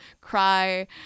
cry